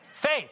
Faith